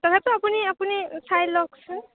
তথাপিও আপুনি আপুনি চাই লওকচোন